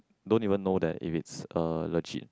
don't even know that if it's uh legit